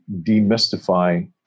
demystify